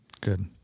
Good